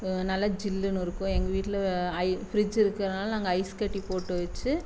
நல்லா ஜில்லுனு இருக்கும் எங்கள் வீட்டில் ஐ ஃப்ரிட்ஜ் இருக்கிறதுனால நாங்கள் ஐஸ் கட்டி போட்டு வச்சு